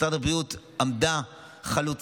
משרד הבריאות עמד חלוץ,